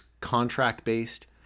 contract-based